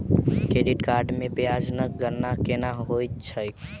credit card मे ब्याजक गणना केना होइत छैक